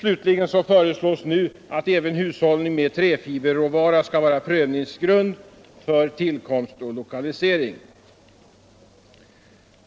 Nu föreslås att även hushållningen med träfiberråvara skall vara prövningsgrund för tillkomst och lokalisering.